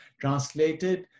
translated